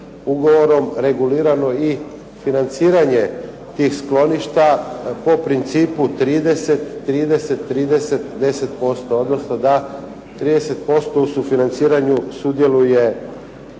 ugovorom regulirano i financiranje tih skloništa po principu 30%, 30%, 10% odnosno da 30% u sufinanciranju sudjeluje